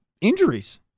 injuries